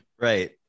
Right